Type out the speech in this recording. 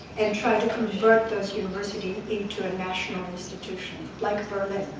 and try to convert those universities into a national institution, like berlin.